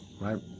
right